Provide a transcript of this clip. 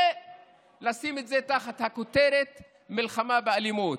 ולשים את זה תחת הכותרת "מלחמה באלימות".